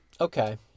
Okay